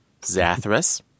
Zathras